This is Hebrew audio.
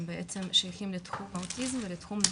בעצם שייכים לתחום האוטיזם ולתחום השיקום.